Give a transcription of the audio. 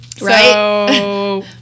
Right